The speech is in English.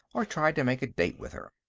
or tried to make a date with her.